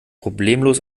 problemlos